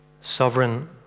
Sovereign